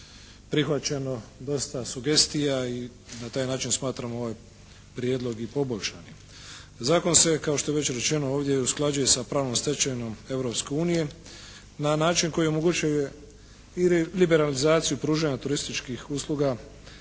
prihvaćeno, dosta sugestija i na taj način smatramo ovaj prijedlog i poboljšanim. Zakon se kao što je već rečeno ovdje usklađuje sa pravnom stečevinom Europske unije na način koji omogućuje i liberalizaciju pružanja turističkih usluga.